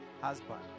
husband